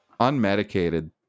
Unmedicated